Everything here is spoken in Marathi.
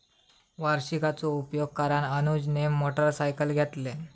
वार्षिकीचो उपयोग करान अनुजने मोटरसायकल घेतल्यान